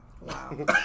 Wow